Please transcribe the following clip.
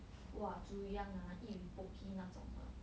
!wah! tzu yang ah eat with pocky 那种的